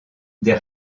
des